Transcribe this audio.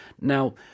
Now